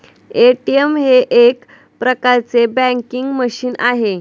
ATM हे एक प्रकारचे बँकिंग मशीन आहे